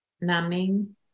numbing